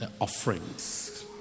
offerings